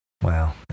Wow